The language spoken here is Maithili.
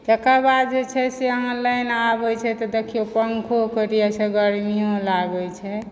तकर बाद अहाँ जे छै से लाइन आबय छै तऽ देखिहुँ पंखो कटि जाइत छै गर्मिओ लागैत छै